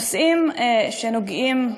נושאים שנוגעים,